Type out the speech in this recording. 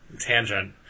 tangent